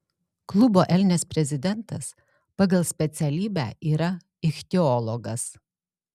klubo elnias prezidentas pagal specialybę yra ichtiologas